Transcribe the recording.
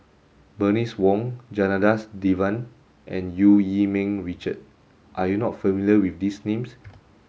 Bernice Wong Janadas Devan and Eu Yee Ming Richard are you not familiar with these names